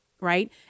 Right